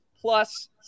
plus